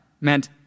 meant